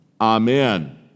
Amen